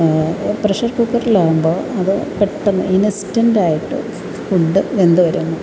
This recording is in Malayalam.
പ്രഷർ കുക്കറിലാകുമ്പോൾ അത് പെട്ടെന്ന് ഇൻസ്റ്റൻ്റായിട്ട് ഫുഡ് വെന്ത് വരുന്നു